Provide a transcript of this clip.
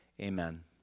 amen